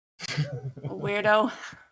Weirdo